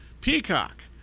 Peacock